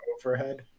overhead